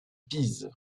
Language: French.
pise